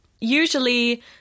usually